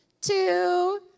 two